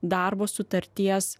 darbo sutarties